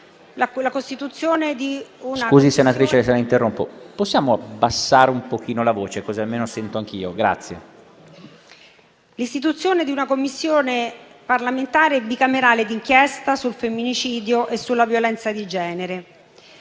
l'istituzione di una Commissione parlamentare bicamerale di inchiesta sul femminicidio e sulla violenza di genere.